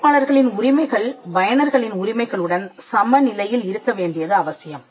படைப்பாளர்களின் உரிமைகள் பயனர்களின் உரிமைகளுடன் சம நிலையில் இருக்க வேண்டியது அவசியம்